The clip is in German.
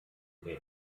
der